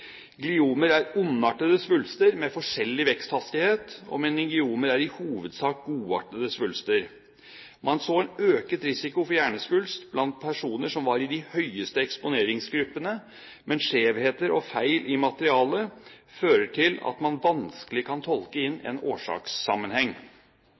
Gliomer er ondartede svulster med forskjellig veksthastighet, og meningeomer er i hovedsak godartede svulster. Man så en økt risiko for hjernesvulst blant personer som var i de høyeste eksponeringsgruppene, men skjevheter og feil i materialet fører til at man vanskelig kan tolke inn